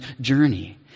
journey